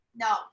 No